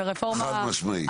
חד משמעית.